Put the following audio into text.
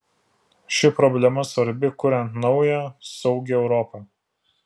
ši problema svarbi kuriant naują saugią europą